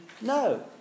no